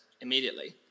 immediately